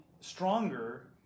stronger